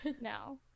now